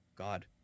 god